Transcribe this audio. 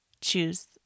choose